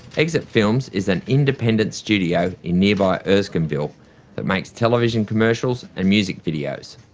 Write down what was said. exit films is an independent studio in nearby erskineville that makes television commercials and music videos.